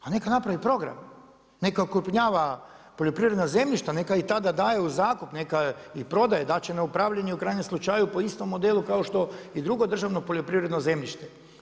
A neka napravi program, neka okrupnjava poljoprivredna zemljišta, neka ih tada daju u zakup, neka ih prodaje, dat će na upravljanje u krajnjem slučaju po istom modelu kao što i drugo državno poljoprivredno zemljište.